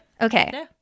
Okay